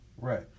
Right